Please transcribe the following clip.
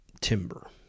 timber